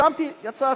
קמתי, יצאתי,